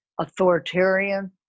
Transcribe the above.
authoritarian